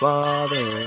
Father